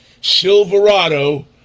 Silverado